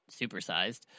supersized